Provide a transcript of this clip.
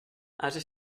ase